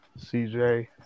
CJ